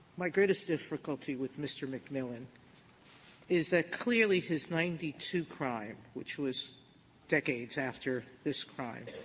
my greatest difficulty with mr. mcmillan is that clearly his ninety two crime, which was decades after this crime,